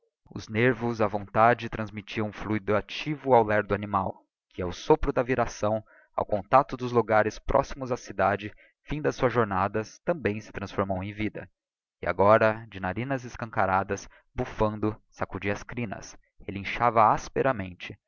os nervos a vontade transmittiam um fluido activo ao lerdo animal que ao sopro da viração ao contacto dos logares próximos á cidade fim das suas jornadas também se transformou em vida e agora de narinas escancaradas bu fando sacudia as crinas relinchava asperamente